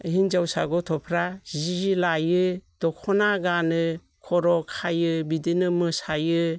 हिनजावसा गथ'फ्रा जि लायो दख'ना गानो खर' खायो बिदिनो मोसायो